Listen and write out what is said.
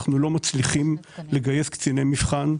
אנחנו לא מצליחים לגייס קציני מבחן.